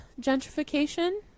gentrification